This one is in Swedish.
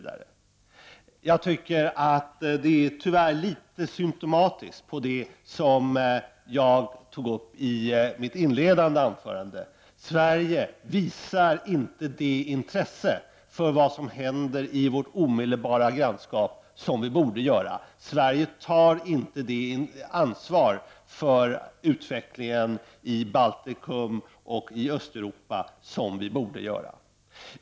Det är tyvärr litet symptomatiskt för det jag sade i mitt inledande anförande, nämligen att Sverige inte visar det intresse som vi borde ha för vad som händer i vårt omedelbara grannskap. Sverige tar inte det ansvar för utvecklingen i Baltikum och Östeuropa som vi borde göra.